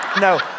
No